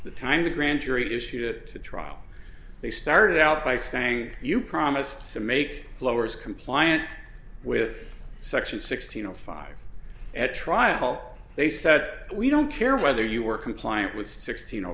the time the grand jury to shoot it to trial they started out by saying you promised to make blowers compliant with section sixteen zero five at trial they said we don't care whether you were compliant with sixteen